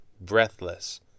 breathless